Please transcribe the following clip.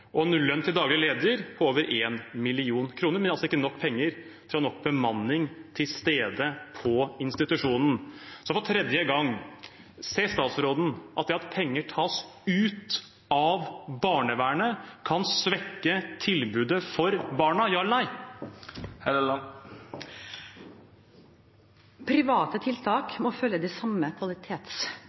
og en lønn til daglig leder på over 1 mill. kr. Men de hadde altså ikke nok penger til å ha nok bemanning til stede på institusjonen. Så for tredje gang: Ser statsråden at det at penger tas ut av barnevernet, kan svekke tilbudet for barna? Ja eller nei? Private tiltak må følge de samme